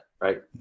right